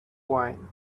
wine